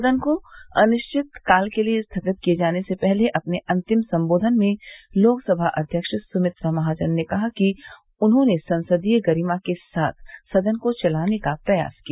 सदन को अनिश्चितकाल के लिए स्थगित किए जाने से पहले अपने अंतिम संबोधन में लोकसभा अध्यक्ष सुमित्रा महाजन ने कहा कि उन्होंने संसदीय गरिमा के साथ सदन को चलाने का प्रयास किया